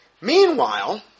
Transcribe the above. Meanwhile